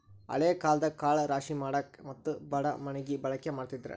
ಹಳೆ ಕಾಲದಾಗ ಕಾಳ ರಾಶಿಮಾಡಾಕ ಎತ್ತು ಬಡಮಣಗಿ ಬಳಕೆ ಮಾಡತಿದ್ರ